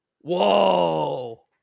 Whoa